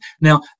Now